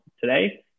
today